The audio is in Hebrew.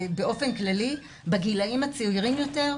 באופן כללי בגילאים הצעירים יותר,